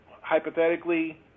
hypothetically